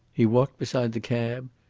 he walked beside the cab,